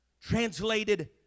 translated